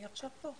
היא עכשיו כאן.